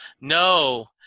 No